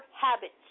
habits